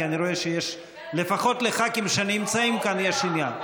כי אני רואה שלפחות לח"כים שנמצאים כאן יש עניין,